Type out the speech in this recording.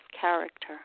character